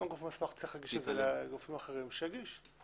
אם הגוף המוסמך צריך להגיש לגופים אחרים, שיגיש.